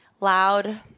loud